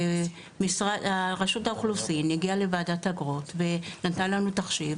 זה רשות האוכלוסין הגיעה לוועדת האגרות ונתנה לנו תחשיב,